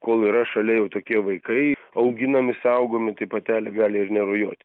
kol yra šalia jau tokie vaikai auginami saugomi tai patelė gali ir nerujoti